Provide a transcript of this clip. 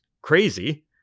crazy